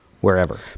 wherever